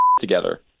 together